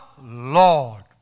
Lord